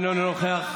איננו נוכח,